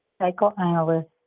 psychoanalyst